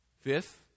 Fifth